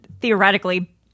Theoretically